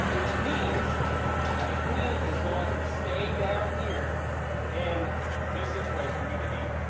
which means the queen is going to stay down here in this situation the the deep,